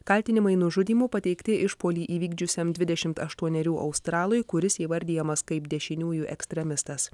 kaltinimai nužudymu pateikti išpuolį įvykdžiusiam dvidešimt aštuonerių australui kuris įvardijamas kaip dešiniųjų ekstremistas